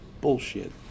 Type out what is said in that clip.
Bullshit